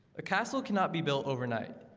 a castle cannot be built overnight.